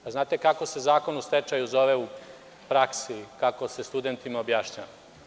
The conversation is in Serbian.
Da li znate kako se zakon o stečaju zove u praksi, kako se studentima objašnjava?